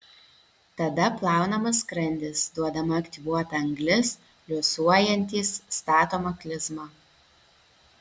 tada plaunamas skrandis duodama aktyvuota anglis liuosuojantys statoma klizma